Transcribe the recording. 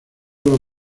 los